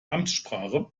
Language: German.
amtssprache